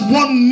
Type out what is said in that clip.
one